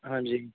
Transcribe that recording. ਹਾਂਜੀ